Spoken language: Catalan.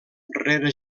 rere